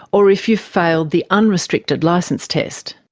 or if you've failed the unrestricted licence test.